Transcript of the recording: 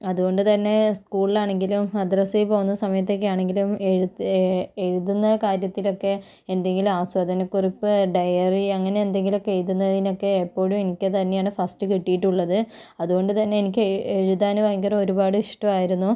അതുകൊണ്ട് തന്നെ സ്കൂളിലാണെങ്കിലും മദ്രസയിൽ പോകുന്ന സമയത്തൊക്കെ ആണെങ്കിലും എഴുത്ത് എഴുതുന്ന കാര്യത്തിലൊക്കെ എന്തെങ്കിലും ആസ്വാദനക്കുറിപ്പ് ഡയറി അങ്ങനെയെന്തെങ്കിലും ഒക്കെ എഴുതുന്നതിനൊക്കെ എപ്പോഴും എനിക്ക് തന്നെയാണ് ഫസ്റ്റ് കിട്ടിയിട്ടുള്ളത് അതുകൊണ്ട് തന്നെ എനിക്ക് എഴുതാൻ ഭയങ്കര ഒരുപാട് ഇഷ്ടമായിരുന്നു